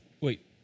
wait